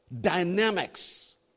dynamics